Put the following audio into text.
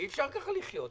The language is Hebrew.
אי-אפשר כך לחיות.